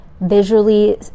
visually